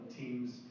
teams